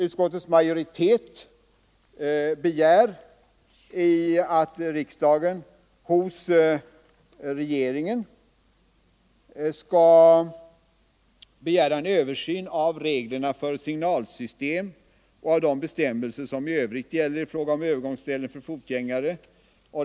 Utskottets majoritet begär att riksdagen hos regeringen hemställer om en översyn av reglerna för signalsystemen och av de bestämmelser som i övrigt gäller beträffande övergångsställen för fotgängare.